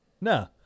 No